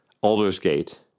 Aldersgate